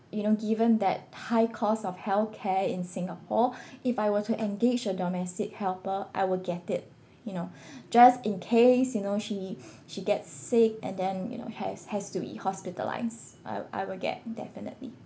you know given that high cost of healthcare in Singapore if I were to engage a domestic helper I will get it you know just in case you know she she gets sick and then you know has has to be hospitalised I'll I will get definitely